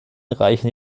reichen